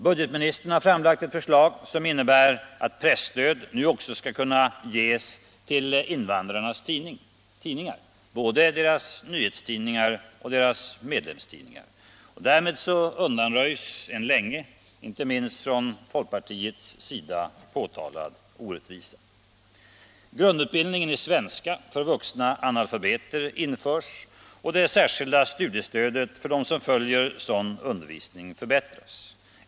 Budgetministern har framlagt ett förslag som innebär att presstöd nu också skall kunna ges till invandrarnas tidningar, både deras nyhetstidningar och deras medlemstidningar. Därmed undanröjs en länge, inte minst från folkpartiets sida, påtalad orättvisa. Grundutbildning i svenska för vuxna analfabeter införs, och det särskilda studiestödet för dem som följer sådan undervisning förbättras.